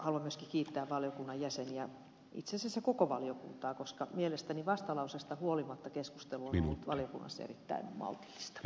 haluan myöskin kiittää valiokunnan jäseniä itse asiassa koko valiokuntaa koska mielestäni vastalauseesta huolimatta keskustelu on ollut valiokunnassa erittäin maltillista